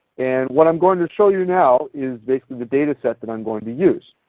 and what i am going to show you now is basically the data set that i am going to use.